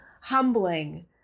humbling